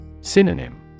Synonym